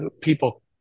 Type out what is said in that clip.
people